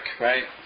Right